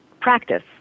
practice